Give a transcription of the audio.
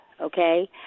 okay